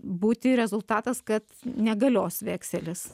būti rezultatas kad negalios vekselis